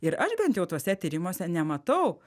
ir aš bent jau tuose tyrimuose nematau